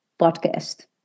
podcast